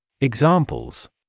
Examples